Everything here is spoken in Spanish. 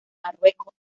marruecos